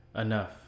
enough